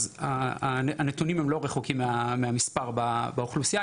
הנתונים הם לא רחוקים מהמספר באוכלוסייה.